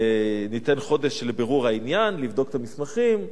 ניתן חודש לבירור העניין, לבדוק את המסמכים.